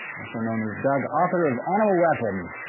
also known as doug, author of animal weapons,